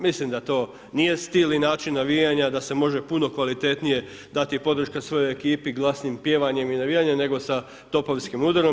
Mislim da to nije stil i način navijanja, da se može puno kvalitetnije dati podrška svojoj ekipi glasnim pjevanjem i navijanjem, nego sa topovskim udarom.